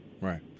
right